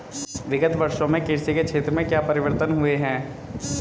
विगत वर्षों में कृषि के क्षेत्र में क्या परिवर्तन हुए हैं?